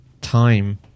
time